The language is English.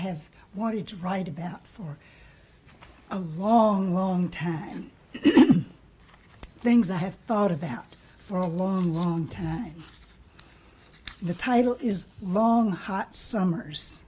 have wanted to write about for a long long time things i have thought about for a long long time the title is wrong hot summers